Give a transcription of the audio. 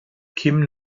kim